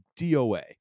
DOA